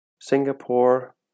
Singapore